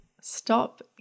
stop